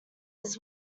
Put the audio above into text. his